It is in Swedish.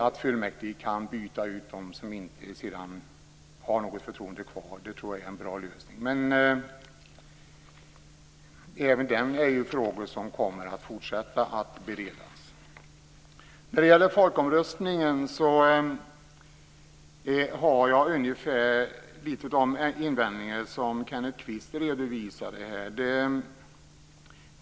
Att fullmäktige kan byta ut dem som sedan inte har något förtroende kvar tror jag är en bra lösning. Det här är frågor som kommer att fortsätta att beredas. När det gäller folkomröstningen har jag ungefär samma invändningar som Kenneth Kvist redovisade.